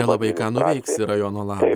nelabai ką nuveiksi rajono labui